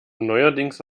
neuerdings